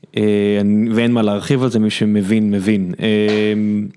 ואין מה להרחיב על זה מי שמבין מבין.